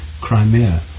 Crimea